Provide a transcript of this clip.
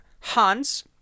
Hans